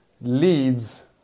leads